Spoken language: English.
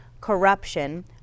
corruption